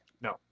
No